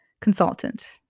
consultant